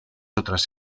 otras